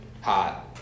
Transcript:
hot